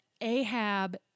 Ahab